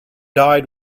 died